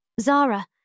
Zara